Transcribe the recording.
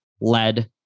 lead